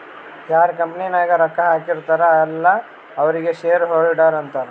ಯಾರ್ ಕಂಪನಿ ನಾಗ್ ರೊಕ್ಕಾ ಹಾಕಿರ್ತಾರ್ ಅಲ್ಲಾ ಅವ್ರಿಗ ಶೇರ್ ಹೋಲ್ಡರ್ ಅಂತಾರ